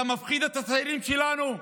אתה מפחיד את הצעירים שלנו?